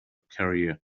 career